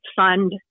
fund